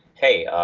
hey! um